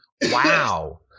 Wow